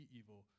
evil